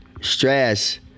stress